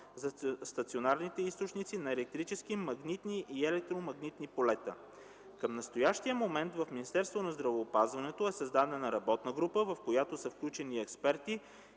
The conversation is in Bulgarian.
за стационарните източници на електрически, магнитни и електромагнитни полета. Към настоящия момент в Министерството на здравеопазването е създадена работна група, в която са включени експерти